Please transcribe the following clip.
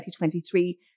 2023